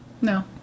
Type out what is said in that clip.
No